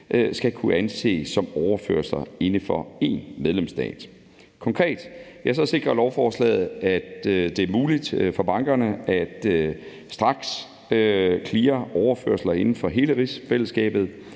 skal kunne anses for overførsler inden for EU's medlemsstater. Konkret sikrer lovforslaget, at det er muligt for bankerne at strakscleare overførsler inden for hele fællesskabet,